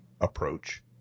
approach